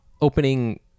opening